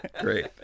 Great